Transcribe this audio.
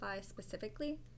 specifically